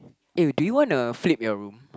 eh do you wanna flip your room